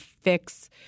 fix